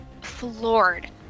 floored